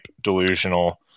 delusional